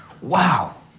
Wow